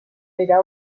era